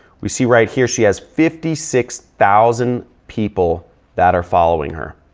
we see right here she has fifty six thousand people that are following her.